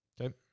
Okay